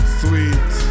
sweet